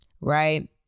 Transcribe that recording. Right